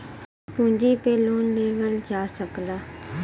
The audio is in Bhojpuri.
पूँजी पे लोन लेवल जा सकला